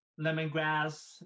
lemongrass